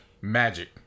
Magic